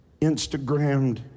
Instagrammed